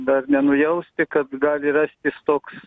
dar nenujausti kad gali rastis toks